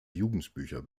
jugendbücher